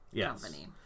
company